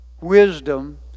wisdom